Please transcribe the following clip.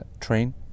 train